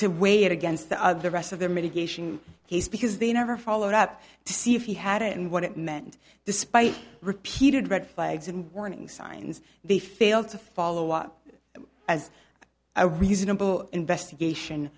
to weigh it against the other the rest of the mitigation he's because they never followed up to see if he had it and what it meant despite repeated red flags and warning signs they failed to follow up as a reasonable investigation